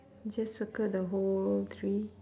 you just circle the whole tree